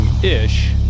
Ish